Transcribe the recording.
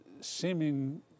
seeming